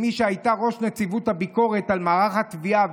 מי שהייתה ראש נציבות הביקורת על מערך התביעה,